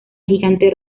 gigante